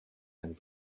and